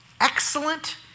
excellent